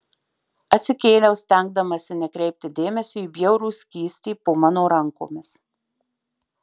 atsikėliau stengdamasi nekreipti dėmesio į bjaurų skystį po mano rankomis